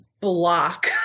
block